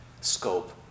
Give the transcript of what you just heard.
scope